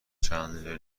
چندلر